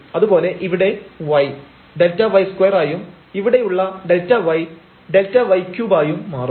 അതുപോലെ ഇവിടെ y Δy2 ആയും ഇവിടെയുള്ള Δy Δy3 ആയും മാറും